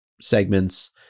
segments